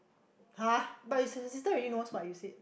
!huh! but your sister really knows what you said